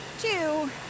two